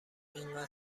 انقدر